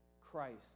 Christ